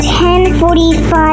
10.45